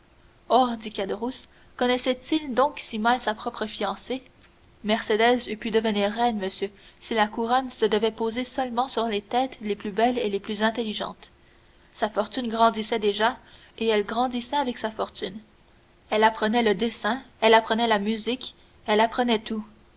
oh dit caderousse connaissait-il donc si mal sa propre fiancée mercédès eût pu devenir reine monsieur si la couronne se devait poser seulement sur les têtes les plus belles et les plus intelligentes sa fortune grandissait déjà et elle grandissait avec sa fortune elle apprenait le dessin elle apprenait la musique elle apprenait tout